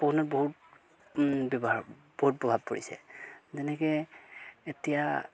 পশুধনত বহুত ব্যৱহাৰ বহুত প্ৰভাৱ পৰিছে যেনেকৈ এতিয়া